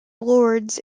lourdes